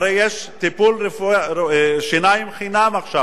הרי יש טיפול שיניים חינם עכשיו,